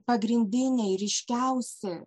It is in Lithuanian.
pagrindiniai ryškiausi